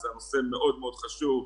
הנושא מאוד מאוד חשוב.